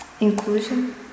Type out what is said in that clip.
Inclusion